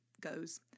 goes